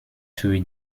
für